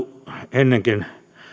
ennenkin